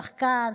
שחקן,